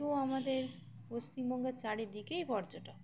তো আমাদের পশ্চিমবঙ্গের চারিদিকেই পর্যটক